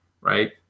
right